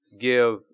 give